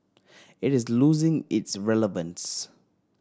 it is losing its relevance